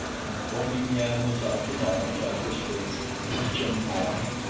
and pointing the animals out to nobs i whispered fetch em, boy!